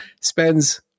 spends